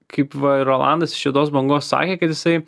kaip va ir rolandas iš juodos bangos sakė kad jisai